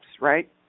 right